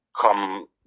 come